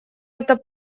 это